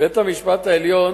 בית-המשפט העליון